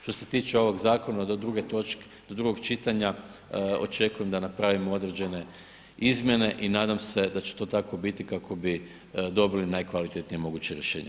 Što se tiče ovog zakona do drugog čitanja očekujem da napravimo određene izmjene i nadam se da će to tako biti kako bi dobili najkvalitetnije moguće rješenje.